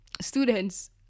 students